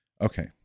Okay